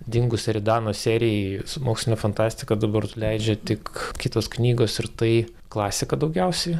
dingus eridano serijai su moksline fantastika dabar leidžia tik kitos knygos ir tai klasiką daugiausiai